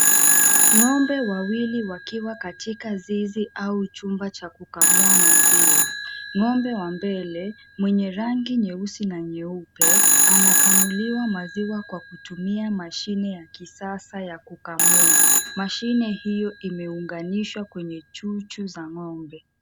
Ng'ombe wawili wakiwa katika zizi au chumba cha kukamua maziwa. Ng'ombe wa mbele mwenye rangi nyeusi na nyeupe, anakamuliwa maziwa kwa kutumia mashine ya kisasa ya kukamua. Mashine hiyo imeunganishwa kwenye chuchu za ng'ombe.